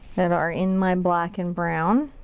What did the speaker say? that are in my black and brown.